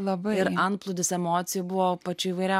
labai ir antplūdis emocijų buvo pačių įvairiausių